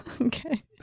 Okay